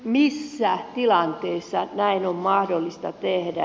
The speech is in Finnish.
missä tilanteessa näin on mahdollista tehdä